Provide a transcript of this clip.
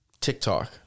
TikTok